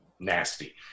Nasty